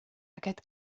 aquest